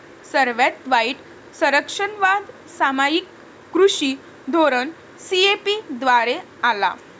सर्वात वाईट संरक्षणवाद सामायिक कृषी धोरण सी.ए.पी द्वारे आला